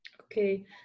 Okay